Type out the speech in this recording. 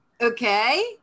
okay